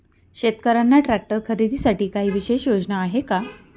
शेतकऱ्यांना ट्रॅक्टर खरीदीसाठी काही विशेष योजना आहे का?